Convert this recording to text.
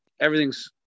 everything's